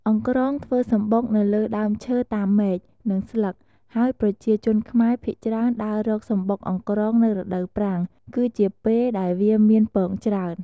ចំពោះសត្វអង្រ្កងវិញ វាមានរសជាតិជូរ ប៉ុន្តែអាចបរិភោគបាន និងមានរសជាតិឆ្ងាញ់ថែមទៀតផង លើសពីនេះប្រជាជនខ្មែរចាត់ទុកថាវាជាម្ហូបប្រពៃណីមួយបែប។